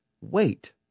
wait